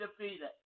defeated